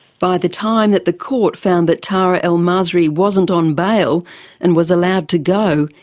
by the time that the court found that tara el-masri wasn't on bail and was allowed to go,